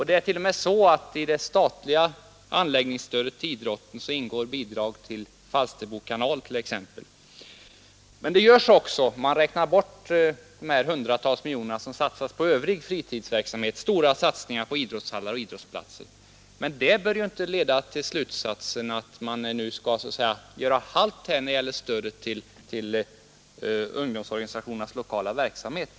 Det är till och med så att i det statliga anläggningsstödet till idrotten ingår även bidrag till t.ex. Falsterbo kanal. Men även om man räknar bort de hundratals miljoner som satsas på övrig fritidsverksamhet görs det stora satsningar på idrottshallar och idrottsplatser. Det bör inte leda till slutsatsen att man så att säga skall göra halt när det gäller stödet till ungdomsorganisationernas lokala verksamhet.